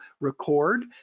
record